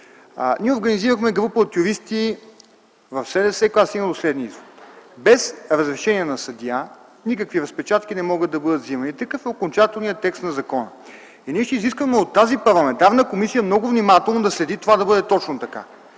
ние организирахме група от юристи в СДС, която стигна до следния извод: без разрешение на съдия никакви разпечатки не могат да бъдат вземани. Такъв е окончателният текст на закона. Ние ще изискваме от тази парламентарна комисия много внимателно да следи това да бъде точно така.